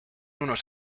unos